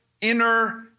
inner